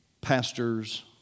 pastors